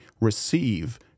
receive